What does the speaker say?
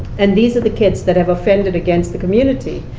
and these are the kids that have offended against the community.